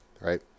right